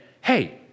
hey